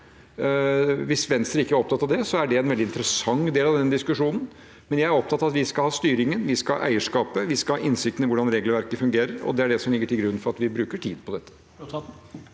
Hvis Venstre ikke er opptatt av det, er det en veldig interessant del av denne diskusjonen. Jeg er opptatt av at vi skal ha styringen, vi skal ha eierskapet, vi skal ha innsikten i hvordan regelverket fun gerer, og det er det som ligger til grunn for at vi bruker tid på dette.